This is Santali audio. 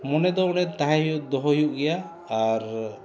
ᱢᱚᱱᱮ ᱫᱚ ᱚᱸᱰᱮ ᱛᱟᱦᱮᱸ ᱦᱩᱭᱩᱜ ᱫᱚᱦᱚ ᱦᱩᱭᱩᱜ ᱜᱮᱭᱟ ᱟᱨ